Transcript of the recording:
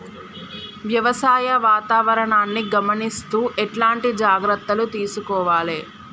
వ్యవసాయ వాతావరణాన్ని గమనిస్తూ ఎట్లాంటి జాగ్రత్తలు తీసుకోవాలే?